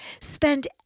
Spend